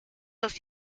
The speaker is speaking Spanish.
dos